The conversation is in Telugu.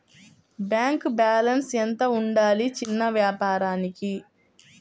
బ్యాంకు బాలన్స్ ఎంత ఉండాలి చిన్న వ్యాపారానికి?